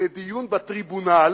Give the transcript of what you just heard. לדיון בטריבונל